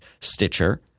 Stitcher